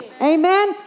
Amen